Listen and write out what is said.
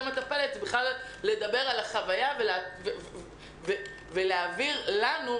מטפלת הוא בכלל לדבר על החוויה ולהעביר לנו,